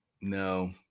no